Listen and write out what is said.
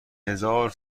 هزار